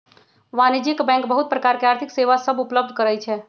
वाणिज्यिक बैंक बहुत प्रकार के आर्थिक सेवा सभ उपलब्ध करइ छै